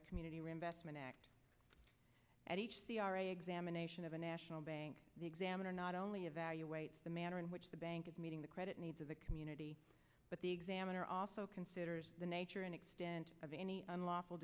the community reinvestment act and each c r a examination of a national bank examiner not only evaluates the manner in which the bank is meeting the credit needs of the community but the examiner also considers the nature and extent of any unlawful